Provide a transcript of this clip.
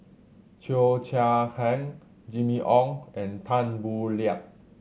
Cheo Chai Hiang Jimmy Ong and Tan Boo Liat